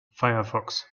firefox